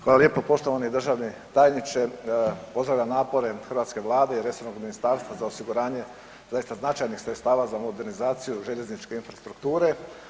Hvala lijepo poštovani državni tajniče, pozdravljam napore hrvatske Vlade i resornog ministarstva za osiguranje zaista značajnih sredstava za modernizaciju željezničke infrastrukture.